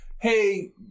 hey